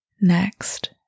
next